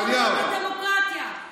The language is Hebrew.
למה אתה משקר לציבור שלך, אתה משקר לציבור שלך.